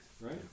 right